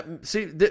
see